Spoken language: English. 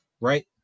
right